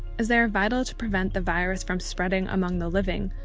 as they are vital to prevent the virus from spreading among the living,